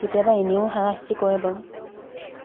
কেতিয়াবা এনেও হাৰাশাস্তি কৰে বাৰু